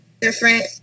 different